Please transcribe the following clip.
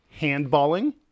handballing